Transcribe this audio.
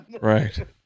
right